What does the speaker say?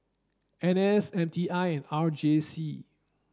N S M T I and R J C